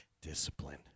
discipline